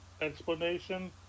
explanation